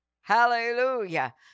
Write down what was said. Hallelujah